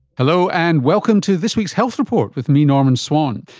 hello, and welcome to this week's health report with me, norman swan.